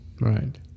Right